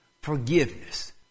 forgiveness